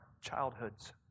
childhoods